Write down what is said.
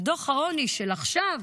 ודוח העוני של עכשיו,